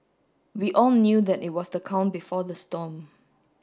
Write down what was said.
we all knew that it was the calm before the storm